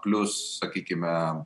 plius sakykime